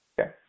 Okay